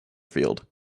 field